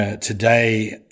today –